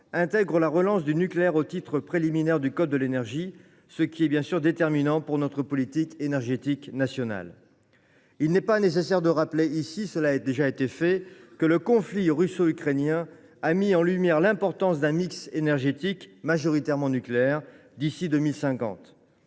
figurer la relance du nucléaire dans le titre préliminaire du code de l’énergie, ce qui est déterminant pour notre politique énergétique nationale. Il n’est pas nécessaire de rappeler ici que le conflit russo ukrainien a mis en lumière l’importance d’un mix énergétique majoritairement nucléaire d’ici à 2050.